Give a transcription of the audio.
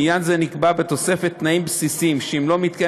לעניין זה נקבעו בתוספת תנאים בסיסיים שאם לא מתקיים